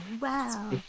Wow